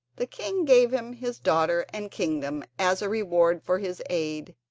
the king gave him his daughter and kingdom as a reward for his aid,